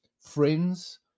friends